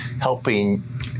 helping